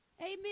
Amen